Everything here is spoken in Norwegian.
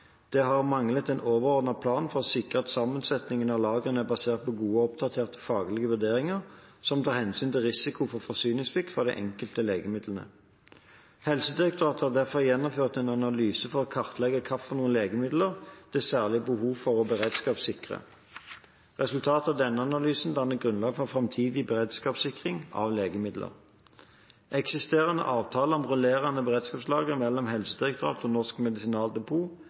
Det har manglet en overordnet plan for å sikre at sammensetningen av lagrene er basert på gode og oppdaterte, faglige vurderinger som tar hensyn til risiko for forsyningssvikt for de enkelte legemidlene. Helsedirektoratet har derfor gjennomført en analyse for å kartlegge hvilke legemidler det er et særlig behov for å beredskapssikre. Resultatene av denne analysen danner grunnlag for framtidig beredskapssikring av legemidler. Eksisterende avtale om rullerende beredskapslager mellom Helsedirektoratet og Norsk